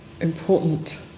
important